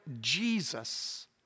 Jesus